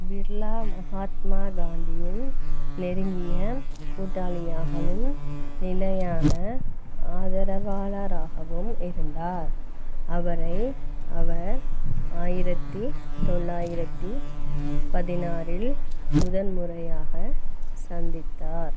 பிர்லா மகாத்மா காந்தியின் நெருங்கிய கூட்டாளியாகவும் நிலையான ஆதரவாளராகவும் இருந்தார் அவரை அவர் ஆயிரத்தி தொள்ளாயிரத்தி பதினாறில் முதன் முறையாக சந்தித்தார்